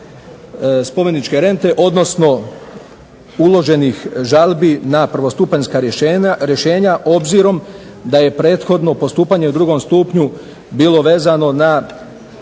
spomeničke rente odnosno uloženih žalbi na prvostupanjska rješenja obzirom da je prethodno postupanje u drugom stupnju bilo vezano na